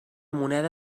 moneda